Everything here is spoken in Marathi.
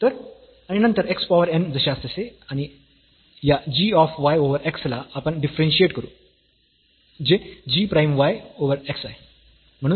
तर आणि नंतर x पॉवर n जशास तसे आणि या g of y over x ला आपण डिफरन्शियेट करू जे g prime y over x आहे